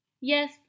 Yes